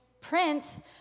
prince